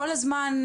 כל הזמן,